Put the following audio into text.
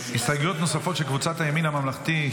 הסתייגויות נוספות של קבוצת הימין הממלכתי,